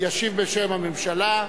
ישיב בשם הממשלה,